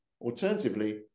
alternatively